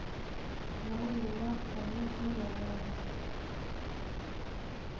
Loan लुवा र तने की लगाव?